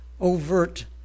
overt